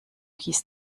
hieß